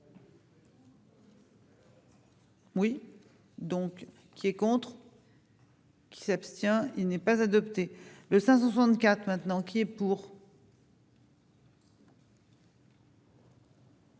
Oui, donc, qui est contre. Qui s'abstient, il n'est pas adopté le 564 maintenant, qui est pour.